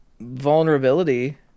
vulnerability